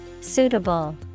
Suitable